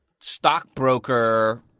stockbroker